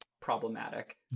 problematic